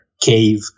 cave